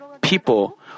people